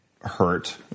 hurt